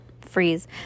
freeze